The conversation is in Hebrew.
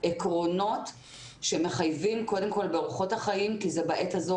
עקרונות שמחייבים קודם כל באורחות החיים כי בעת הזאת